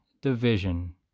division